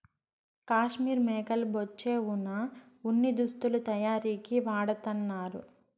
కాశ్మీర్ మేకల బొచ్చే వున ఉన్ని దుస్తులు తయారీకి వాడతన్నారు